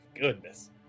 goodness